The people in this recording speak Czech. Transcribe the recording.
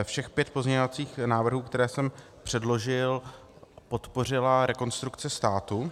Všech pět pozměňovacích návrhů, které jsem předložil, podpořila Rekonstrukce státu.